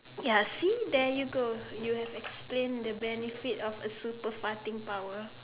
ya see there you go you have explain the benefit of a super farting power